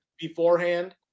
Beforehand